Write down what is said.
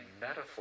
metaphor